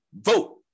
vote